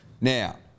Now